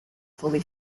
fully